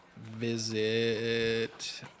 visit